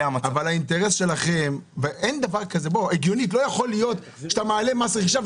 הגיונית לא יכול להיות שאתה מעלה מס רכישה,